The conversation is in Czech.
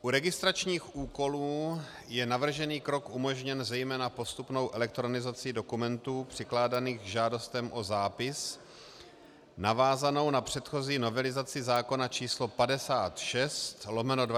U registračních úkonů je navržený krok umožněn zejména postupnou elektronizací dokumentů přikládaných k žádostem o zápis navázanou na předchozí novelizaci zákona č. 56/2001 Sb.